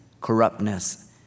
corruptness